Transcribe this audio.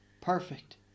perfect